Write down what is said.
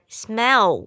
smell